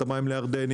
את המים לירדנים,